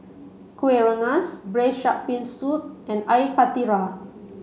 Kueh Rengas braised shark fin soup and Air Karthira